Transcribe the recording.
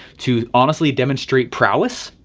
to honestly demonstrate prowess,